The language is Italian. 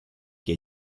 che